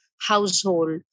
household